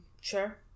Sure